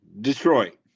Detroit